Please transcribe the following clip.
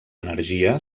energia